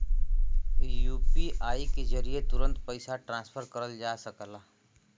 UPI के जरिये तुरंत पइसा ट्रांसफर करल जा सकला